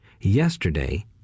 yesterday